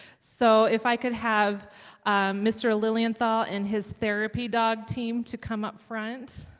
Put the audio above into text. so if i could have mr. lilenthal and his therapy dog team to come up front